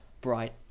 bright